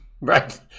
right